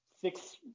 six